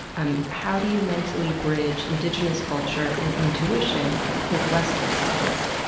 um how do you mentally bridge indigenous culture and intuition with western science?